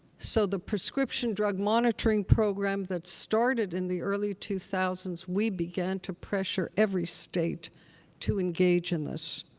so the prescription drug monitoring program that started in the early two thousand s, we began to pressure every state to engage in this.